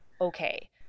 okay